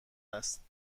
است